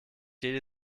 jede